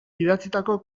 idatzitako